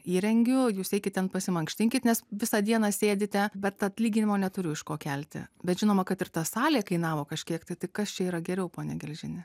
įrengiu jūs eikit pasimankštinkit nes visą dieną sėdite bet atlyginimo neturiu iš ko kelti bet žinoma kad ir ta salė kainavo kažkiek tai kas čia yra geriau pone gelžini